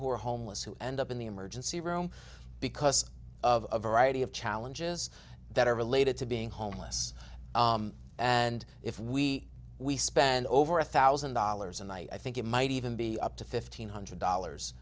who are homeless who end up in the emergency room because of alrighty of challenges that are related to being homeless and if we we spend over one thousand dollars a night i think it might even be up to fifteen hundred dollars